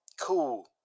cool